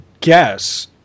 guess